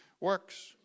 works